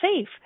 safe